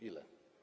Ile?